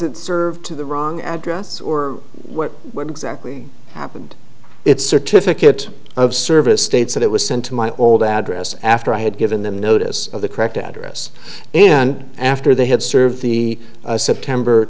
to the wrong address or what exactly happened its certificate of service states that it was sent to my old address after i had given them notice of the correct address and after they had served the september